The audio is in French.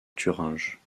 thuringe